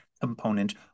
component